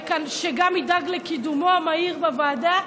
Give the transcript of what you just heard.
שגם ידאג לקידומו המהיר בוועדה,